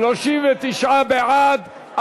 39 בעד.